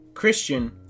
christian